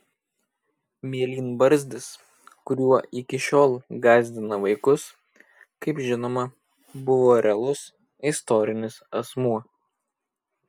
mėlynbarzdis kuriuo iki šiol gąsdina vaikus kaip žinoma buvo realus istorinis asmuo